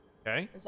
Okay